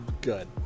good